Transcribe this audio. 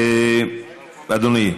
אדוני.